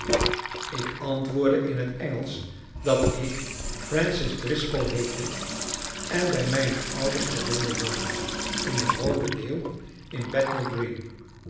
ik antwoordde in het engelsch dat ik francis driscoll heette en bij mijne ouders te londen woonde in de roode leeuw in